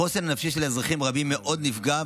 החוסן הנפשי של אזרחים רבים נפגע מאוד,